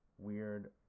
weird